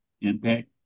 impact